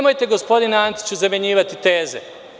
Gospodine Antiću, nemojte zamenjivati teze.